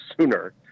sooner